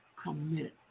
Commit